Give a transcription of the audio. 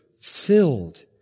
filled